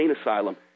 asylum